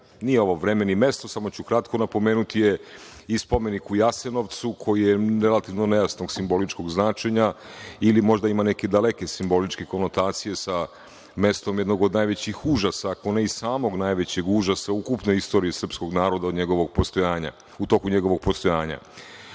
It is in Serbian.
nije ovo ni vreme ni mesto, samo ću kratko napomenuti, jeste i spomenik u Jasenovcu, koji je relativno nejasnog simboličkog značenja ili možda ima neke daleke simboličke konotacije sa mestom jednog od najvećih užasa, ako ne i samog najvećeg užasa ukupne istorije srpskog naroda od njegovog postojanja,